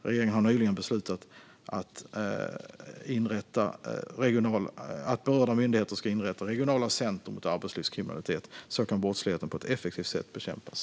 Regeringen har nyligen beslutat att berörda myndigheter ska inrätta regionala center mot arbetslivskriminalitet. Så kan brottsligheten på ett effektivt sätt bekämpas.